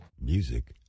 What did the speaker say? Music